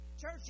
Church